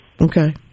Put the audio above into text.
Okay